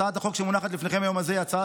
הצעת החוק שמונחת לפניכם היום הזה היא הצעה